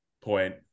point